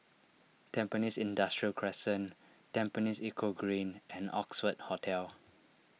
Tampines Industrial Crescent Tampines Eco Green and Oxford Hotel